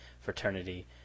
fraternity